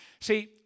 See